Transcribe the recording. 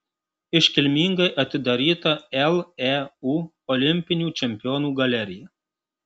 iškilmingai atidaryta leu olimpinių čempionų galerija